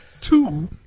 Two